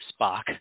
Spock